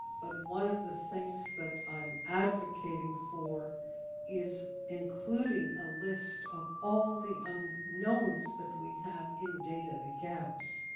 but one of the things that i'm advocating for is including a list of all the and unknowns unknowns that we have in data, the gaps,